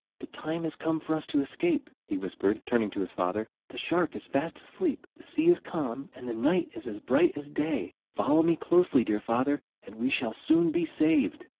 the time has come for us to escape, he whispered, turning to his father. the shark is fast asleep. the sea is calm and the night is as bright as day. follow me closely, dear father, and we shall soon be saved.